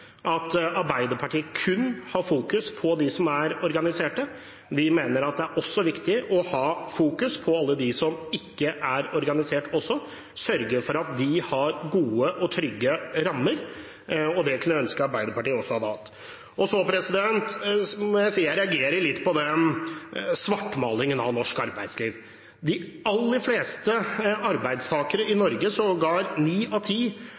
at Arbeiderpartiet kun fokuserer på dem som er organisert. Vi mener at det også er viktig å fokusere på alle dem som ikke er organisert, og sørge for at de har gode og trygge rammer, og det kunne jeg ønske at Arbeiderpartiet også hadde gjort. Jeg må si at jeg reagerer litt på svartmalingen av norsk arbeidsliv. De aller fleste arbeidstakere i Norge, sågar ni av ti,